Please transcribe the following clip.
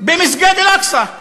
במסגד אל-אקצא.